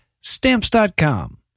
Stamps.com